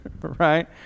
Right